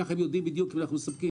ככה הם יודעים בדיוק אם אנחנו מספקים.